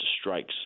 strikes